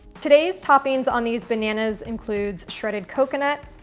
today's toppings on these bananas includes shredded coconut,